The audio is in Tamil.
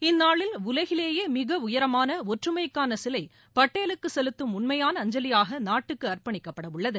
இந்நாளில் உலகிலேயே மிக உயரமான ஒற்றுமைக்கான சிலை படேலுக்கு செலுத்தும் உண்மையான அஞ்சலியாக நாட்டுக்கு அர்ப்பணிக்கப்பட உள்ளது